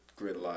Gridlock